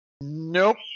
Nope